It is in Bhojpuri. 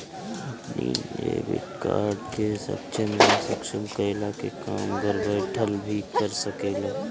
अपनी डेबिट कार्ड के सक्षम या असक्षम कईला के काम घर बैठल भी कर सकेला